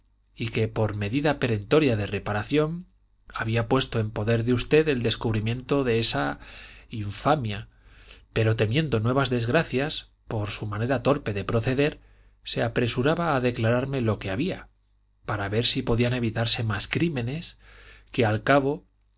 y que por medida perentoria de reparación había puesto en poder de usted el descubrimiento de esa infamia pero temiendo nuevas desgracias por su manera torpe de proceder se apresuraba a declararme lo que había para ver si podían evitarse más crímenes que al cabo